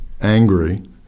angry